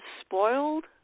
spoiled